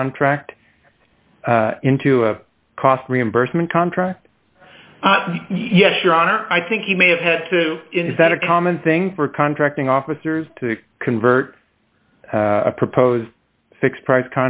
contract into a cost reimbursement contract yes your honor i think he may have had to invent a common thing for contracting officers to convert a proposed fixed price